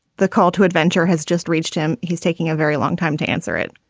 the call to adventure has just reached him. he's taking a very long time to answer it.